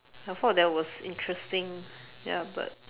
I thought that was interesting ya but